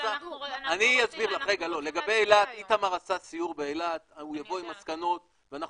אנחנו נעשה דיון ונבוא מסודר.